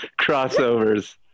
crossovers